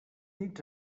nits